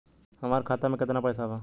हमार खाता मे केतना पैसा बा?